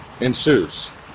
ensues